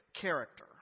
character